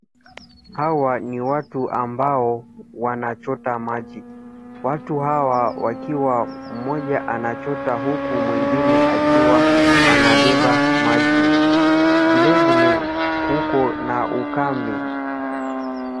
Hawa ni watu ambao wanachota maji watu hawa wakiwa mmoja anachota huku mwingine akiwa anabeba maji vile vile kuko na ukame.